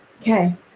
Okay